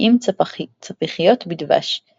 כי אם צפיחיות בדבש;